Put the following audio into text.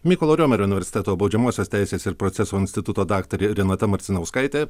mykolo riomerio universiteto baudžiamosios teisės ir proceso instituto daktarė renata marcinauskaitė